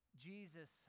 Jesus